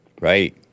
Right